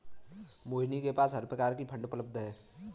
मोहिनी के पास हर प्रकार की फ़ंड उपलब्ध है